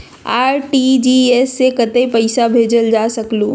RTGS से कतेक पैसा भेजल जा सकहु???